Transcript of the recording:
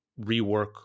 rework